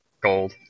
Gold